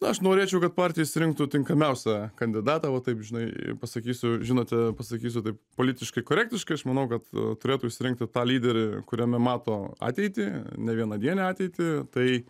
aš norėčiau kad partija išsirinktų tinkamiausią kandidatą va taip žinai pasakysiu žinote pasakysiu taip politiškai korektiškai aš manau kad turėtų išsirinkti tą lyderį kuriame mato ateitį ne vienadienę ateitį tai